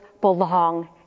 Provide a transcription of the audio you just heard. belong